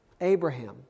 Abraham